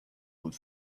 good